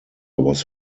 was